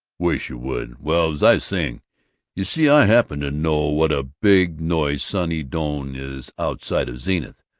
wish you would. well, zize saying you see i happen to know what a big noise senny doane is outside of zenith,